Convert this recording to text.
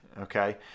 okay